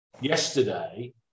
yesterday